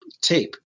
tape